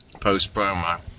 post-promo